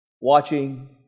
watching